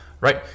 right